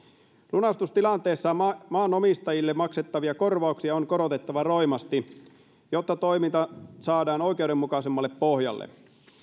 lunastustilanteessa maanomistajille maksettavia korvauksia on korotettava roimasti jotta toiminta saadaan oikeudenmukaisemmalle pohjalle